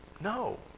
No